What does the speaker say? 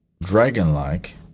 dragon-like